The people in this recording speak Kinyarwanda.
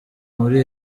muri